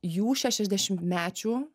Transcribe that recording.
jų šešiasdešimmečių